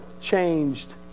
changed